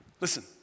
Listen